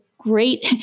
great